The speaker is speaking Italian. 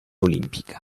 olimpica